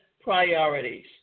priorities